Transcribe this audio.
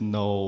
no